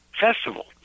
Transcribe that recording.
festival